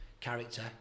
character